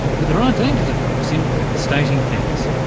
but there are dangers, of course, in overstating things.